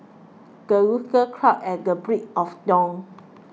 the rooster crows at the break of dawn